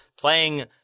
playing